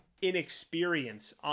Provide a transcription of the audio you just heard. Inexperience